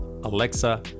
alexa